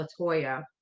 Latoya